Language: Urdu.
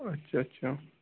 اچھا اچھا